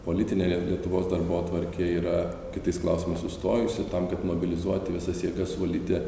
politinė lietuvos darbotvarkė yra kitais klausimais sustojusi tam kad mobilizuoti visas jėgas suvaldyti